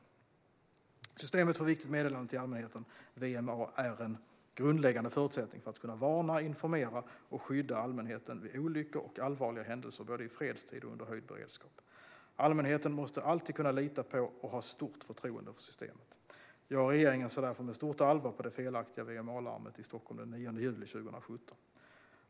Systemet för Viktigt meddelande till allmänheten, VMA, är en grundläggande förutsättning för att kunna varna, informera och skydda allmänheten vid olyckor och allvarliga händelser både i fredstid och under höjd beredskap. Allmänheten måste alltid kunna lita på och ha stort förtroende för systemet. Jag och regeringen ser därför med stort allvar på det felaktiga VMA-larmet i Stockholm den 9 juli 2017.